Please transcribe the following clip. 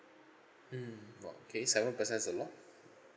mm !wow! K seven percent is a lot